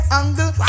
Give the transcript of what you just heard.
angle